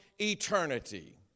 eternity